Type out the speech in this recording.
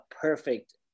perfect